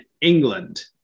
England